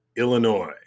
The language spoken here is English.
Illinois